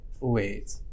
Wait